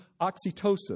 oxytocin